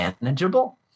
manageable